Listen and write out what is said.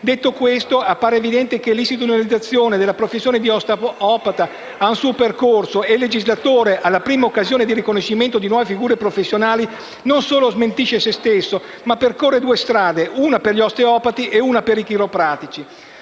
Detto questo, appare evidente che l'istituzionalizzazione della professione di osteopata ha un suo percorso e, alla prima occasione di riconoscimento di nuove figure professionali, il legislatore non solo smentisce sé stesso, ma percorre due strade, una per gli osteopati e un'altra per i chiropratici.